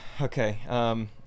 Okay